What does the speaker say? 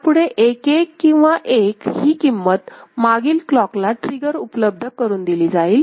त्यामुळे 1 1 किंवा 1 ही किंमत मागील क्लॉक ट्रिगरला उपलब्ध करून दिली जाईल